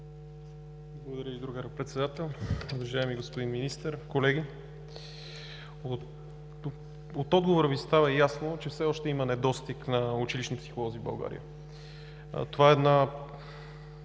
Благодаря Ви, другарю Председател! Уважаеми господин Министър, колеги! От отговора Ви става ясно, че все още има недостиг на училищни психолози в България. Това е една